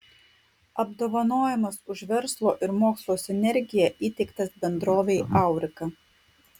apdovanojimas už verslo ir mokslo sinergiją įteiktas bendrovei aurika